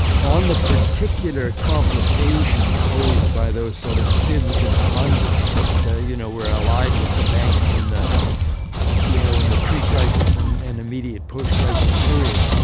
on the particular complication posed by those sort of sieves and conduits that you know were allied with the banks in the you know in the pre-crisis and and immediate post-crisis period.